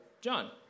John